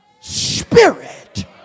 spirit